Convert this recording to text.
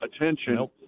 attention